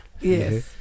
Yes